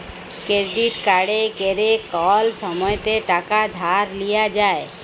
credit কাড়ে ক্যরে কল সময়তে টাকা ধার লিয়া যায়